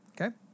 okay